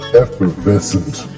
effervescent